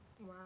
Wow